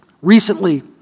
Recently